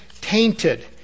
tainted